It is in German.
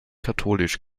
katholisch